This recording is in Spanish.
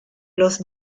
los